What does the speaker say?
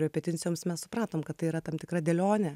repeticijoms mes supratom kad tai yra tam tikra dėlionė